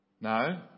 no